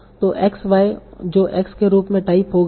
तो x y जो x के रूप में टाइप हो गया